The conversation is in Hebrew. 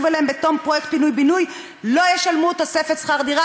אליהן בתום פרויקט פינוי-בינוי לא ישלמו תוספת שכר דירה,